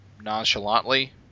nonchalantly